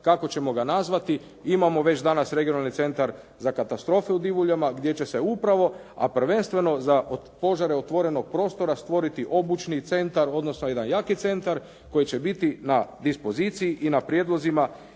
kako ćemo ga nazvati. Imamo već danas regionalni centar za katastrofe u Divuljama gdje će se upravo, a prvenstveno za požare otvorenog prostora stvoriti obučni centar, odnosno jedan jaki centar koji će biti na dispoziciji i na prijedlozima,